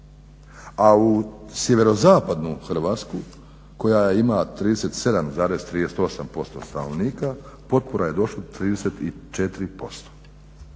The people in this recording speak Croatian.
a u sjeverozapadnu Hrvatsku koja ima 37,38% stanovnika potpora je došlo 34%.